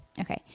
Okay